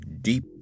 deep